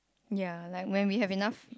ya like when we have